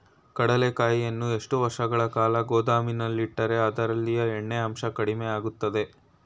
ಕಡ್ಲೆಕಾಯಿಯನ್ನು ಎಷ್ಟು ವರ್ಷಗಳ ಕಾಲ ಗೋದಾಮಿನಲ್ಲಿಟ್ಟರೆ ಅದರಲ್ಲಿಯ ಎಣ್ಣೆ ಅಂಶ ಕಡಿಮೆ ಆಗುತ್ತದೆ?